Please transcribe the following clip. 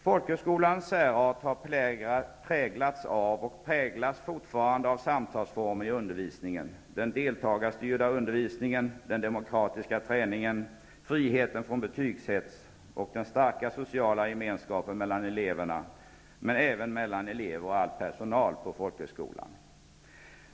Folkhögskolans särart har präglats av och präglas fortfarande av samtalsformen i undervisningen, den deltagarstyrda undervisningen, den demokratiska träningen, friheten från betygshets och den starka sociala gemenskapen mellan eleverna men även mellan elever och all personal på folkhögskolan.